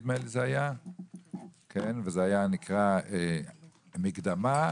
זה היה נקרא מקדמה,